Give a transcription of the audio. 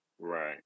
Right